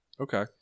Okay